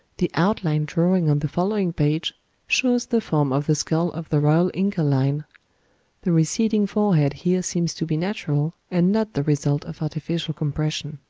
the outline drawing on the following page shows the form of the skull of the royal inca line the receding forehead here seems to be natural, and not the result of artificial compression.